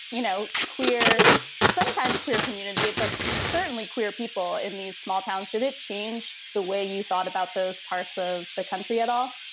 you know, queer sometimes queer community, but certainly queer people in these small towns. did it change the way you thought about those parts of the country at all?